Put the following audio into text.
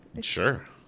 Sure